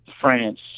France